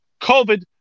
COVID